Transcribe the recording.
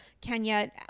Kenya